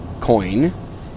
coin